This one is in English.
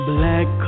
Black